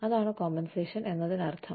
അതാണ് കോമ്പൻസേഷൻ എന്നതിനർത്ഥം